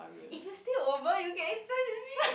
if you stay over you can exercise with me